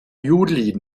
juli